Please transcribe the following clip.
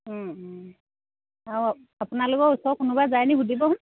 আৰু আপোনালোকৰ ওচৰৰ কোনোবাই যায় নেকি সুধিবচোন